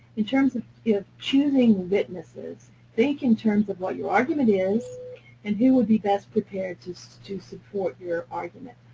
in terms and of choosing witnesses, think in terms of what your argument is and who would be best prepared to so to support your argument.